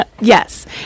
Yes